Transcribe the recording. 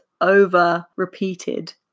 over-repeated